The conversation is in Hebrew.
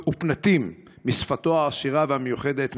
מהופנטים משפתו העשירה והמיוחדת,